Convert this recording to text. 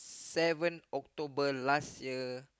seven October last year